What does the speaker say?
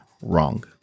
wrong